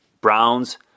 Browns